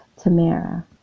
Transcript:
Tamara